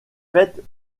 faites